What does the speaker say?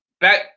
back